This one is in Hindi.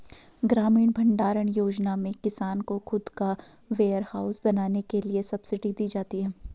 ग्रामीण भण्डारण योजना में किसान को खुद का वेयरहाउस बनाने के लिए सब्सिडी दी जाती है